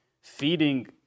feeding